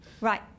Right